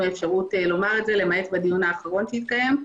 האפשרות לומר את זה אלא בדיון האחרון שהתקיים.